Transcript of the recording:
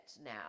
now